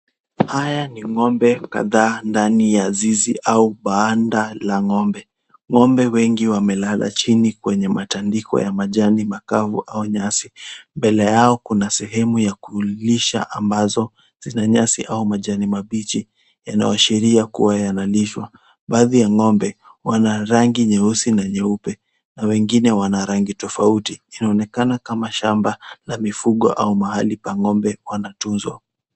Haya ni ng'ombe kadhaa ndani ya zizi au banda la ng'ombe. Ng'ombe wengi wamelala chini kwenye matandiko ya majani makavu au nyasi. Mbele yao kuna sehemu ya kulisha ambazo zina nyasi au majani mabichi yanayoashiria kuwa yanalishwa. Baadhi ya ng'ombe wana rangi nyeusi na nyeupe na wengine wana rangi tofauti. Inaonekana kama shamba la mifugo au mahali pa ng'ombe wanatunzwa.